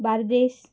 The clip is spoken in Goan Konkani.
बार्देस